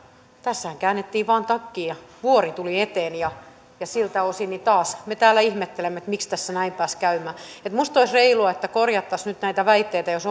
tässähän käännettiin vain takkia vuori tuli eteen siltä osin taas me täällä ihmettelemme miksi tässä näin pääsi käymään minusta olisi reilua että korjattaisiin nyt näitä väitteitä jos